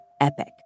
epic